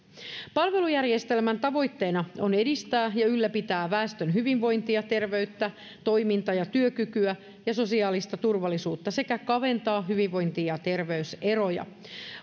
palvelujärjestelmän tavoitteena on edistää ja ylläpitää väestön hyvinvointia terveyttä toiminta ja työkykyä ja sosiaalista turvallisuutta sekä kaventaa hyvinvointi ja terveyseroja